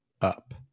up